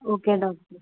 okay doctor